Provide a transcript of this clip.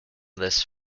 this